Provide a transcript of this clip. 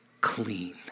clean